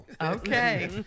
okay